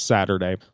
Saturday